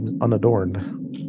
unadorned